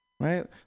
Right